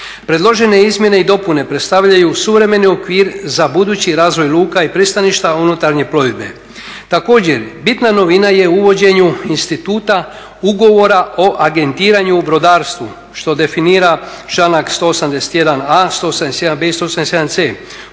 Predložene izmjene i dopune predstavljaju suvremeni okvir za budući razvoj luka i pristaništa … plovidbe. Također, bitna novina je u uvođenju instituta ugovora o agentiranju u brodarstvu što definira članak 181a, 181b i 181c